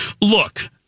Look